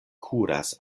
kuras